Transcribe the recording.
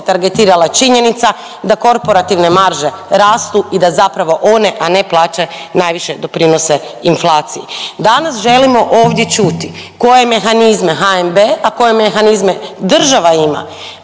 targetirala činjenica da korporativne marže rastu i da zapravo one, a ne plaće najviše doprinose inflaciji. Danas želimo ovdje čuti koje mehanizme HNB, a koje mehanizme država ima